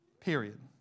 Period